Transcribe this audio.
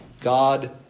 God